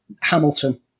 Hamilton